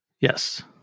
Yes